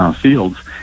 fields